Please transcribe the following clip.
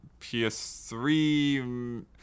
PS3